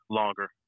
longer